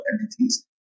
entities